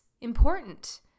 important